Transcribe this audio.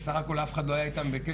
בסך הכול אף אחד לא היה איתם בקשר.